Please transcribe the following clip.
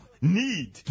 need